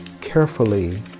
carefully